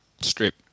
strip